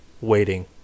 waiting